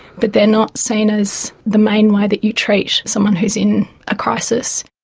but they are not seen as the main way that you treat someone who is in a crisis.